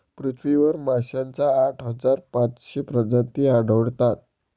पृथ्वीवर माशांच्या आठ हजार पाचशे प्रजाती आढळतात